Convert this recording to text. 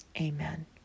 Amen